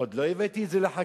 עוד לא הבאתי את זה לחקיקה,